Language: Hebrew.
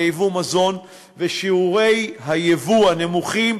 לייבוא מזון ושיעורי הייבוא הנמוכים,